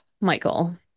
michael